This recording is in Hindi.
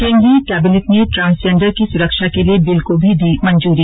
केंद्रीय कैबिनेट ने ट्रांसजेंडर की सुरक्षा के लिए बिल को भी दी मंजूरी